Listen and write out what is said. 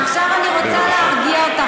עכשיו אני רוצה להרגיע אותך,